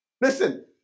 Listen